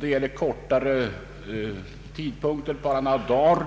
det gäller kortare tid, t.ex. bara några dagar.